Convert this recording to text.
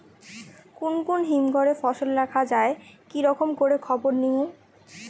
কুন কুন হিমঘর এ ফসল রাখা যায় কি রকম করে খবর নিমু?